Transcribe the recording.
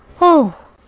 Oh